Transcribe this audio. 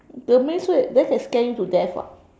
that maze wait then I can scare you to death [what]